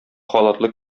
халатлы